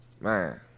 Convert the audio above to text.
man